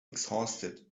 exhausted